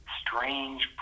strange